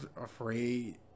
afraid